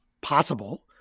possible